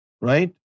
right